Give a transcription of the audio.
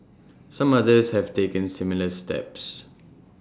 some others have taken similar steps